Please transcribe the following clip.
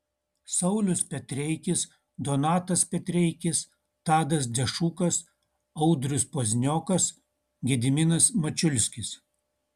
saulius petreikis donatas petreikis tadas dešukas audrius pazniokas gediminas mačiulskis